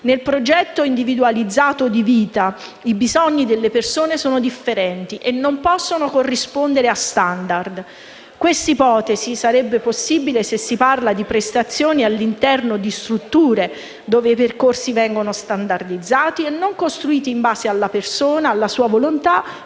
Nel progetto individualizzato di vita, i bisogni delle persone sono differenti e non possono corrispondere a *standard*. Questa ipotesi sarebbe possibile se si parlasse di prestazioni all'interno di strutture dove i percorsi vengono standardizzati e non costruiti in base alla persona, alla sua volontà,